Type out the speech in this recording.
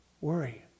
worry